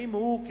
האם הוא,